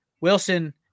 Wilson